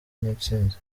n’intsinzi